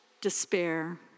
despair